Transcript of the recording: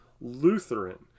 Lutheran